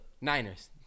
Niners